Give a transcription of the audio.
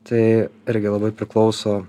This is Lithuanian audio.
tai irgi labai priklauso